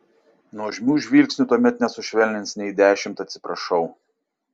nuožmių žvilgsnių tuomet nesušvelnins nei dešimt atsiprašau